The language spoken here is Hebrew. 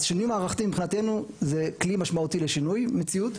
אז שינוי מערכתי מבחינתנו הוא כלי משמעותי לשינוי מציאות,